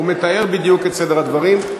הוא מתאר בדיוק את סדר הדברים.